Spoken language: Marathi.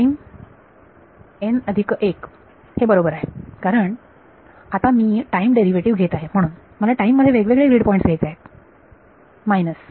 n अधिक 1 हे बरोबर आहे कारण आता मी टाईम डेरिव्हेटिव्ह घेत आहे म्हणून मला टाईम मध्ये वेगवेगळे ग्रीड पॉईंट्स घ्यायचे आहेत मायनस